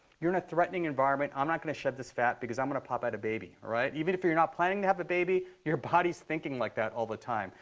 you're in a threatening environment. i'm not going to shed this fat because i'm going to pop out a baby, all right? even if you're not planning to have a baby, your body is thinking like that all the time.